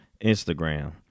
Instagram